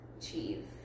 cheese